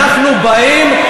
או שאנחנו אומרים: אנחנו באים,